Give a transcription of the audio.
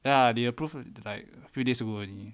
ya they approved like few days ago only